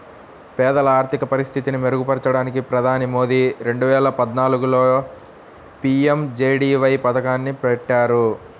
పేదల ఆర్థిక పరిస్థితిని మెరుగుపరచడానికి ప్రధాని మోదీ రెండు వేల పద్నాలుగులో పీ.ఎం.జే.డీ.వై పథకాన్ని పెట్టారు